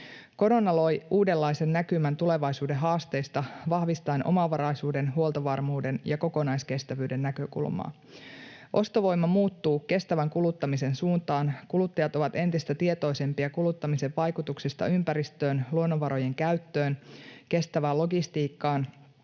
Korona loi uudenlaisen näkymän tulevaisuuden haasteista vahvistaen omavaraisuuden, huoltovarmuuden ja kokonaiskestävyyden näkökulmaa. Ostovoima muuttuu kestävän kuluttamisen suuntaan. Kuluttajat ovat entistä tietoisempia kuluttamisen vaikutuksista ympäristöön, luonnonvarojen käyttöön, kestävään logistiikkaan